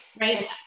Right